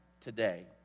today